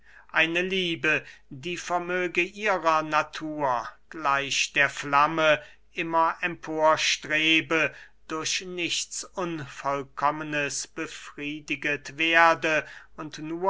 eine liebe die vermöge ihrer natur gleich der flamme immer emporstrebe durch nichts unvollkommnes befriediget werde und